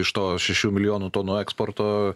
iš to šešių milijonų tonų eksporto